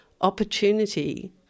opportunity